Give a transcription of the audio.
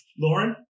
Lauren